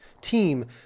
team